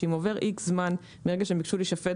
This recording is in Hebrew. שאם עובר איקס זמן מרגע שהם ביקשו להישפט